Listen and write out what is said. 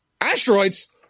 Asteroids